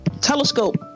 telescope